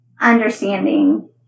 understanding